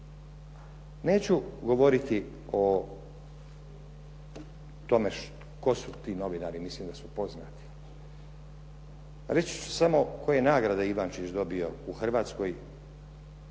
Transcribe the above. Neću govoriti o tome tko su ti novinari, mislim da su poznati. Reći ću samo koje je nagrade Ivančić dobio u Hrvatskoj